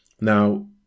Now